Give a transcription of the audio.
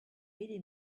really